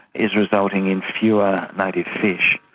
is resulting in fewer native fish.